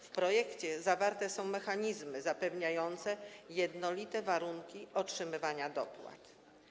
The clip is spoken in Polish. W projekcie zawarte są mechanizmy zapewniające jednolite warunki otrzymywania dopłat.